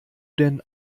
denn